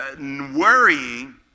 worrying